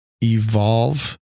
evolve